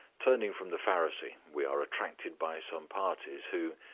turning from the pharisee, we are attracted by some parties who,